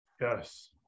Yes